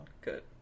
Good